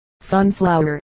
sunflower